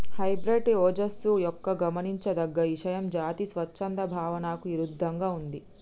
hybrid ఓజస్సు యొక్క గమనించదగ్గ ఇషయం జాతి స్వచ్ఛత భావనకు ఇరుద్దంగా ఉంది